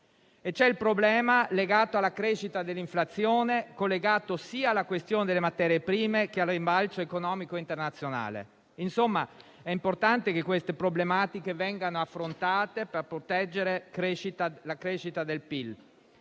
anche il problema legato alla crescita dell'inflazione, collegato sia alla questione delle materie prime, sia al rimbalzo economico internazionale. È importante quindi che queste problematiche vengano affrontate per proteggere la crescita del PIL.